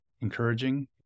encouraging